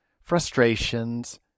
frustrations